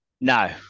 No